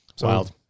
wild